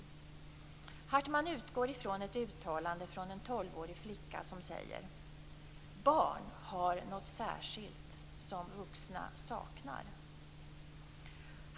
Hartman utgår ifrån ett uttalande av en 12-årig flicka som säger: "Barn har något särskilt som vuxna saknar."